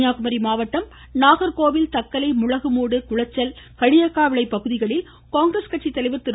கன்னியாக்குமரி மாவட்டம் நாகர்கோவில் தக்கலை முளகுமூடு குளச்சல் களியக்காவிளை பகுதிகளில் காங்கிரஸ் கட்சி தலைவர் திரு